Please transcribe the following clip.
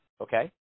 okay